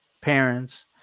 parents